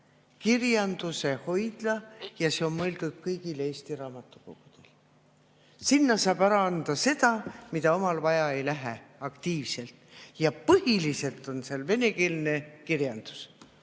kirjanduse hoidla ja see on mõeldud kõigile Eesti raamatukogudele. Sinna saab ära anda seda, mida omal aktiivselt vaja ei lähe. Põhiliselt on seal venekeelne kirjandus